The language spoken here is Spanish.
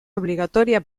obligatoria